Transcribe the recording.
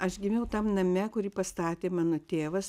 aš gimiau tam name kurį pastatė mano tėvas